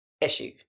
issue